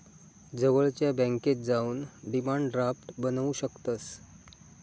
जवळच्या बॅन्केत जाऊन डिमांड ड्राफ्ट बनवू शकतंस